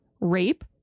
rape